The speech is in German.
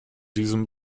diesem